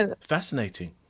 fascinating